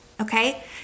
Okay